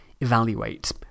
evaluate